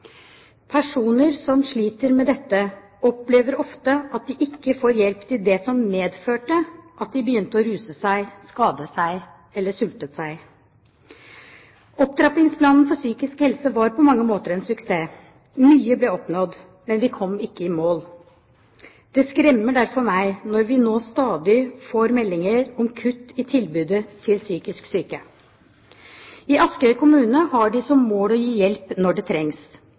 Personer som sliter med dette, opplever ofte at de ikke får hjelp til det som medførte at de begynte å ruse seg, skade seg eller sulte seg. Opptrappingsplanen for psykisk helse var på mange måter en suksess. Mye ble oppnådd, men vi kom ikke i mål. Det skremmer derfor meg når vi nå stadig får meldinger om kutt i tilbudet til psykisk syke. I Askøy kommune har de som mål å gi hjelp når det trengs.